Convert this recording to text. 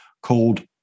called